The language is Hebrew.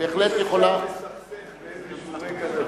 אפשר לסכסך באיזה רגע נתון,